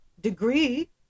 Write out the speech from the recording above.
degree